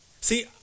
see